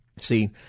See